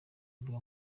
mbuga